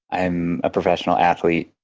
i'm a professional athlete,